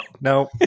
No